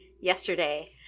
yesterday